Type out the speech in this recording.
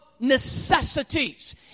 necessities